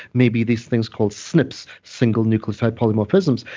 maybe these things called snips, single-nucleoside polymorphisms.